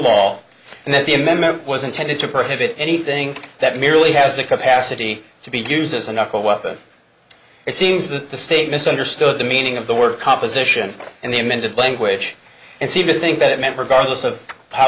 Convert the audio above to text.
wall and that the amendment was intended to prohibit anything that merely has the capacity to be used as a knuckle weapon it seems that the state misunderstood the meaning of the word composition and the amended language and seemed to think that it meant regardless of how